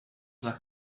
like